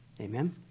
Amen